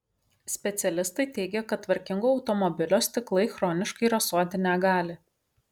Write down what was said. specialistai teigia kad tvarkingo automobilio stiklai chroniškai rasoti negali